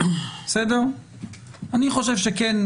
לדעתי,